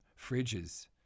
fridges